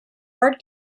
art